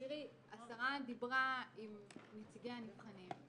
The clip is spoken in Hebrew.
השרה דיברה עם נציגי הנבחנים.